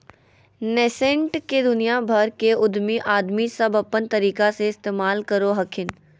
nascent के दुनिया भर के उद्यमी आदमी सब अपन तरीका से इस्तेमाल करो हखिन